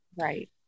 Right